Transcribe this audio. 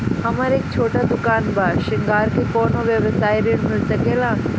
हमर एक छोटा दुकान बा श्रृंगार के कौनो व्यवसाय ऋण मिल सके ला?